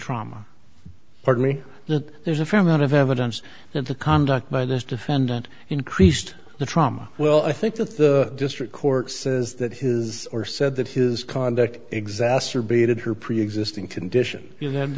trauma pardon me that there's a fair amount of evidence that the conduct by this defendant increased the trauma well i think that the district court says that his or said that his conduct exacerbated her preexisting condition and th